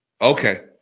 Okay